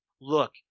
Look